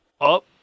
up